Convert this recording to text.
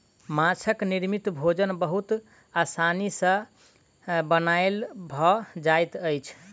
माँछक निर्मित भोजन बहुत आसानी सॅ बनायल भ जाइत अछि